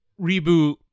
reboot